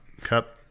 Cup